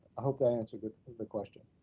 i hope that answered the question.